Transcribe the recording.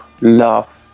love